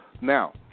Now